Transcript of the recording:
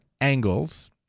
angles